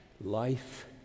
life